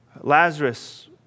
Lazarus